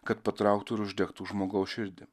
kad patrauktų ir uždegtų žmogaus širdį